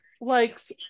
likes